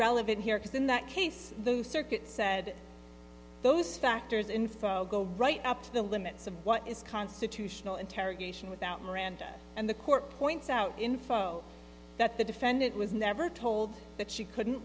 relevant here because in that case the circuit said those factors info go right up to the limits of what is constitutional interrogation without miranda and the court points out info that the defendant was never told that she couldn't